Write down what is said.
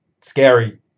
scary